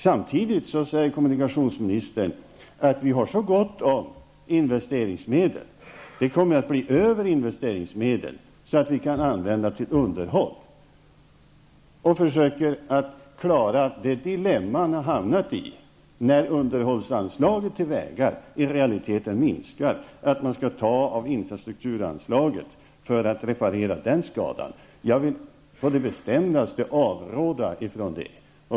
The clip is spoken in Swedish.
Samtidigt sade kommunikationsministern att det finns så gott om investeringsmedel att det kommer att bli över medel som kan användas för underhåll. Kommunikationsministern försökte klara det dilemma som han hade hamnat i genom att säga att man skall ta i anspråk infrastrukturanslaget för att reparera skadan av att underhållsanslaget till vägar i realiteten minskar.